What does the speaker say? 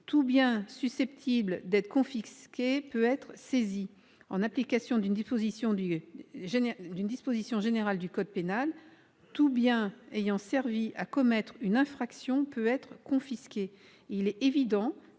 Tout bien susceptible d'être confisqué peut être saisi et, en application d'une disposition générale du code pénal, tout bien ayant servi à commettre une infraction peut être confisqué. Or il est évident